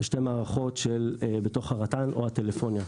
ושתי מערכות בתוך הרט"ן או הטלפוניה.